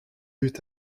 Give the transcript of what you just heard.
eut